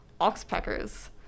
Oxpeckers